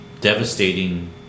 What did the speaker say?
devastating